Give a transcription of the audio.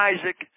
Isaac